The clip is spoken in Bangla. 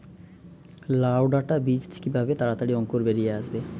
লাউ ডাটা বীজ কিভাবে তাড়াতাড়ি অঙ্কুর বেরিয়ে আসবে?